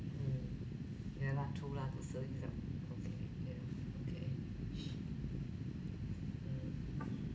mm yeah lah true lah the service felt okay yeah okay mm